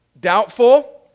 doubtful